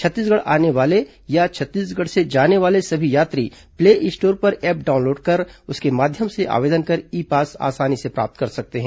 छत्तीसगढ़ आने वाले या छत्तीसगढ़ से जाने वाले सभी यात्री प्ले स्टोर पर ऐप डाउनलोड कर उसके माध्यम से आवेदन कर ई पास आसानी से प्राप्त कर सकते हैं